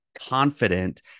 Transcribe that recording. confident